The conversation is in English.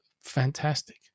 fantastic